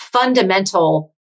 fundamental